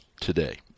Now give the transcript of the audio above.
today